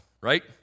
right